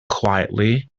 quietly